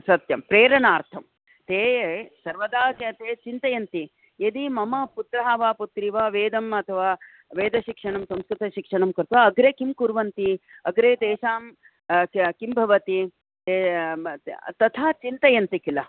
सत्यं प्रेरणार्थं ते सर्वदा ते चिन्तयन्ति यदि मम पुत्रः वा पुत्री वा वेदम् अथवा वेदशिक्षणं संस्कृतशिक्षणं कृत्वा अग्रे किं कुर्वन्ति अग्रे तेषां किं भवति तथा चिन्तयन्ति किल